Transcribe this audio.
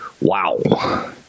Wow